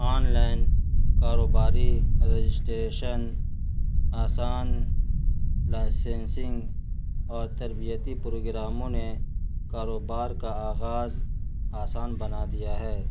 on line کاروباری registration آسان licensing اور تربیتی پروگراموں نے کاروبار کا آغاز آسان بنا دیا ہے